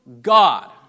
God